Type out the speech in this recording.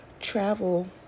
travel